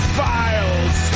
files